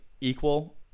equal